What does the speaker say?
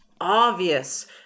obvious